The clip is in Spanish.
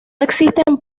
existen